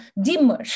dimmer